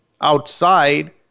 outside